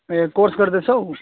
ए course गर्दैछौ